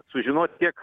sužinos kiek